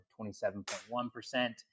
27.1%